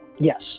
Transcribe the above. Yes